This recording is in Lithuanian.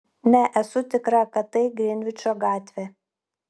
ne esu tikra kad tai grinvičo gatvė